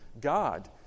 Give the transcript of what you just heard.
God